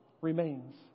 remains